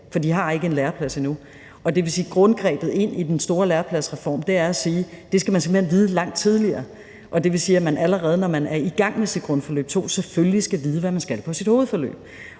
for de har ikke en læreplads endnu, og det vil sige, grundgrebet i den store lærepladsreform er at sige, at det skal man simpelt hen vide langt tidligere. Det vil sige, at man, allerede når man er i gang med sit grundforløb II, selvfølgelig skal vide, hvad man skal på sit hovedforløb.